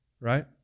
Right